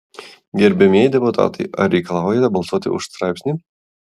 gerbiamieji deputatai ar reikalaujate balsuoti už straipsnį